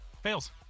Fails